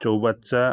চৌবাচ্চা